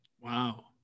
Wow